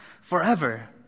forever